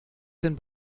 den